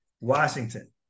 Washington